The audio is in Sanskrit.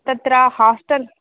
तत्र हास्टेल्